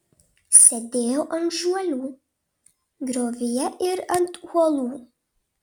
sėdėjo ant žuolių griovyje ir ant uolų